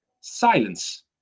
Silence